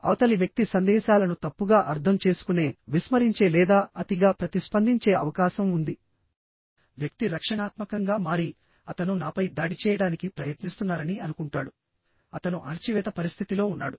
అవతలి వ్యక్తి సందేశాలను తప్పుగా అర్థం చేసుకునే విస్మరించే లేదా అతిగా ప్రతిస్పందించే అవకాశం ఉంది వ్యక్తి రక్షణాత్మకంగా మారి అతను నాపై దాడి చేయడానికి ప్రయత్నిస్తున్నారని అనుకుంటాడు అతను అణచివేత పరిస్థితిలో ఉన్నాడు